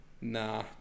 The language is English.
Nah